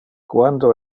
quando